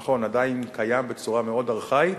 נכון, עדיין קיים בצורה מאוד ארכאית.